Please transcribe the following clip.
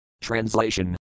Translation